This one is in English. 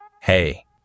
Hey